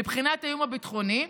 מבחינת האיום הביטחוני,